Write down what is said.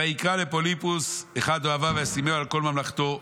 ויקרא לפילפוס אחד אוהביו וישימהו על כל ממלכתו.